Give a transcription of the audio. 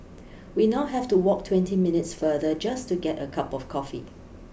we now have to walk twenty minutes farther just to get a cup of coffee